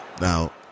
Now